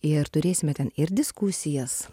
ir turėsime ten ir diskusijas